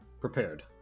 Prepared